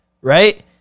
right